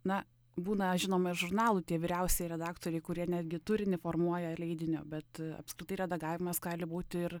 na būna žinoma ir žurnalų tie vyriausieji redaktoriai kurie netgi turinį formuoja leidinio bet apskritai redagavimas gali būti ir